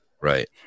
Right